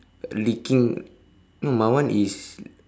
licking no my mine one is